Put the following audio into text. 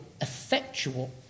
effectual